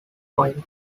point